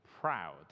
proud